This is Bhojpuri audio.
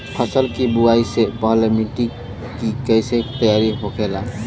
फसल की बुवाई से पहले मिट्टी की कैसे तैयार होखेला?